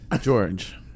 George